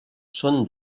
són